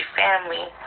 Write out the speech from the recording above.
family